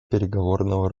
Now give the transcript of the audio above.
переговорного